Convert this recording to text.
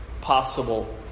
possible